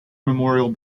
memorial